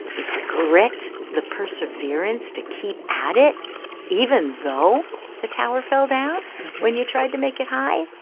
it's grit, the perseverance to keep at it even though the tower fell down when you tried to make it high.